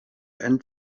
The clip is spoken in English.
end